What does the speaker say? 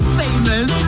famous